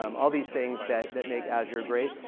um all these things that that make azure great.